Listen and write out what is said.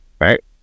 right